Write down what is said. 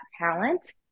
talent